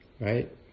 right